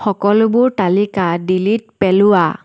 সকলোবোৰ তালিকা ডিলিট পেলোৱা